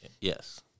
Yes